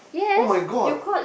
oh my god